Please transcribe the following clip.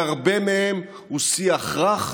והרבה מהם ההם שיח רך,